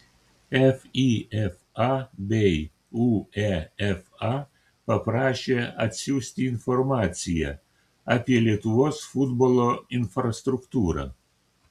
fifa bei uefa paprašė atsiųsti informaciją apie lietuvos futbolo infrastruktūrą